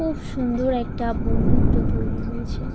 খুব সুন্দর একটা বন্ধুত্ব তৈরি হয়েছে